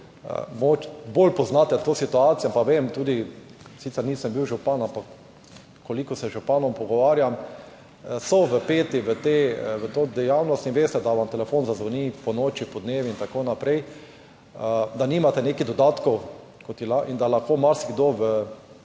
bolj poznate to situacijo, pa vem tudi, sicer nisem bil župan, ampak kolikor se z županom pogovarjam, so vpeti v to dejavnost. In veste, da vam telefon zazvoni ponoči, podnevi in tako naprej, da nimate nekih dodatkov in da lahko marsikdo,